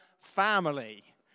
family